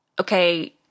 okay